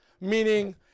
Meaning